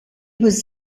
was